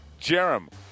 Jerem